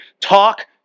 talk